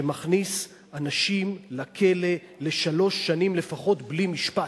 שמכניס אנשים לכלא לשלוש שנים לפחות בלי משפט.